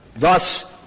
thus,